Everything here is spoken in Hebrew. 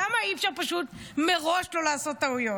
למה אי-אפשר פשוט מראש לא לעשות טעויות?